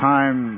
Time